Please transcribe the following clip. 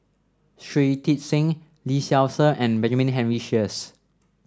Shui Tit Sing Lee Seow Ser and Benjamin Henry Sheares